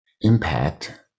impact